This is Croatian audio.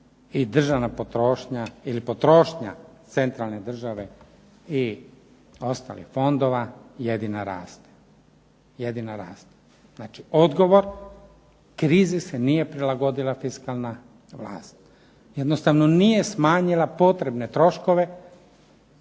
i državna potrošnja ili potrošnja centralne države i ostalih fondova jedina raste. Znači, odgovor krizi se nije prilagodila fiskalna vlast. Jednostavno nije smanjila potrebne troškove